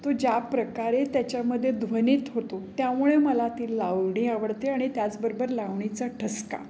तो ज्याप्रकारे त्याच्यामध्ये ध्वनित होतो त्यामुळे मला ती लावणी आवडते आणि त्याचबरोबर लावणीचा ठसका